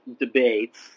debates